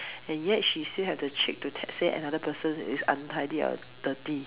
and yet she still have the cheek to te~ say another person is untidy or dirty